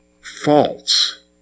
false